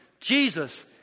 Jesus